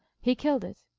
he killed it.